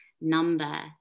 number